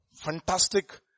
fantastic